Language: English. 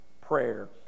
prayer